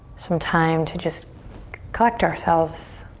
some time to just collect ourselves,